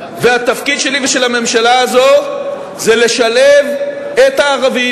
והתפקיד שלי ושל הממשלה הזאת זה לשלב את הערבים